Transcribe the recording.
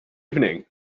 evening